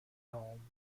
home